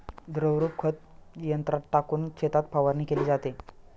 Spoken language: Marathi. द्रवरूप खत यंत्रात टाकून शेतात फवारणी केली जाते